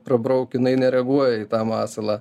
prabrauk inai nereaguoja į tą masalą